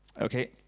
okay